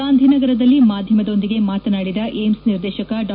ಗಾಂಧಿನಗರದಲ್ಲಿ ಮಾಧ್ಯಮದೊಂದಿಗೆ ಮಾತನಾಡಿದ ಏಮ್ನ್ ನಿರ್ದೇಶಕ ಡಾ